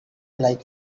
like